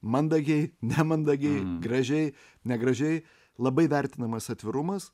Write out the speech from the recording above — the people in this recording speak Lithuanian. mandagiai nemandagiai gražiai negražiai labai vertinamas atvirumas